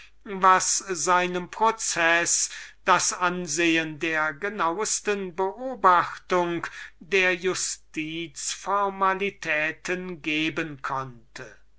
was seinem prozeß das ansehen der genauesten beobachtung der justiz formalitäten geben konnte